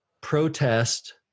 protest